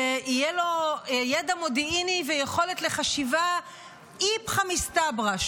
שיהיה לו מידע מודיעיני ויכולת לחשיבה איפכא מסתברא,